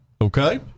okay